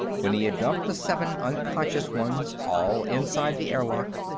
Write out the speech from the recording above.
when he had dumped the seven unconscious ones all inside the airlock,